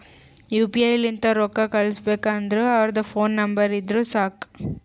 you P I ಲಿಂತ್ ರೊಕ್ಕಾ ಕಳುಸ್ಬೇಕ್ ಅಂದುರ್ ಅವ್ರದ್ ಫೋನ್ ನಂಬರ್ ಇದ್ದುರ್ ಸಾಕ್